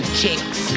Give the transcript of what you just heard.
chicks